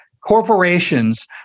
corporations